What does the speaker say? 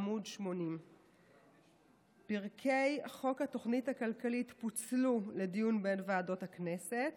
עמ' 80. פרקי חוק התוכנית הכלכלית פוצלו לדיון בין ועדות הכנסת.